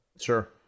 Sure